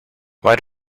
why